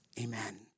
Amen